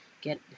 get